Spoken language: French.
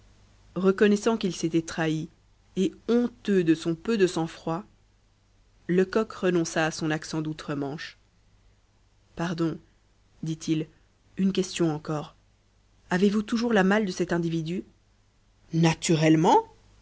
reconnaissant qu'il s'était trahi et honteux de son peu de sang-froid lecoq renonça à son accent doutre manche pardon dit-il une question encore avez-vous toujours la malle de cet individu naturellement